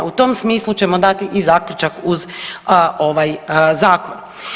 U tom smislu ćemo dati i zaključak uz ovaj zakon.